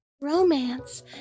Romance